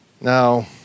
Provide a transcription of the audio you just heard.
Now